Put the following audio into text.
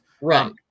Right